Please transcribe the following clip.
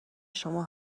شما